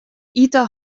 ite